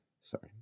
sorry